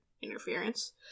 interference